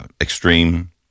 extreme